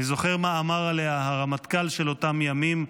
אני זוכר מה אמר עליה הרמטכ"ל של אותם ימים,